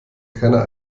keiner